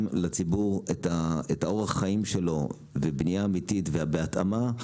לציבור את אורח החיים שלו ובניה אמיתית ובהתאמה,